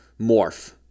morph